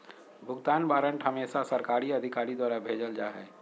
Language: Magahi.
भुगतान वारन्ट हमेसा सरकारी अधिकारी द्वारा भेजल जा हय